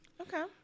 Okay